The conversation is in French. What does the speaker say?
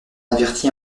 avertit